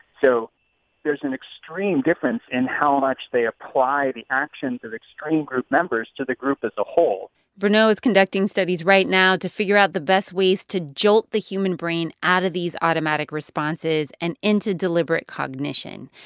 so there's an extreme difference in how much they apply the actions of extreme group members to the group as a whole bruneau is conducting studies right now to figure out the best ways to jolt the human brain out of these automatic responses and into deliberate cognition.